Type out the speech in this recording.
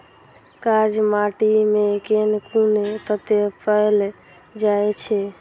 कार्य माटि मे केँ कुन तत्व पैल जाय छै?